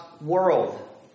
world